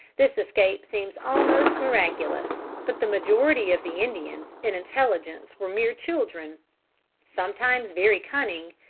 this escape seems almost miraculous. but the majority of the indians in intelligence were mere children sometimes very cunning,